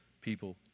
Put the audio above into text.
people